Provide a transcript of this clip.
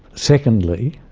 secondly,